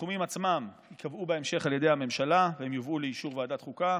הסכומים עצמם ייקבעו בהמשך על ידי הממשלה והם יובאו לאישור ועדת חוקה